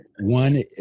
One